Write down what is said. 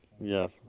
Yes